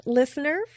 listener